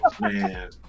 man